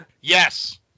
Yes